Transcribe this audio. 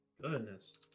Goodness